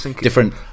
different